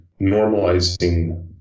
normalizing